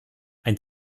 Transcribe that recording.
ein